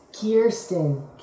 Kirsten